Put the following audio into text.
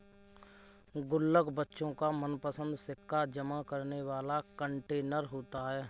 गुल्लक बच्चों का मनपंसद सिक्का जमा करने वाला कंटेनर होता है